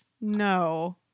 No